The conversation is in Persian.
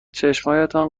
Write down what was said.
چشمهایتان